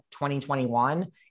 2021